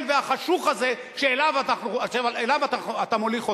והחשוך הזה שאליו אתה מוליך אותנו.